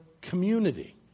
community